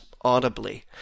audibly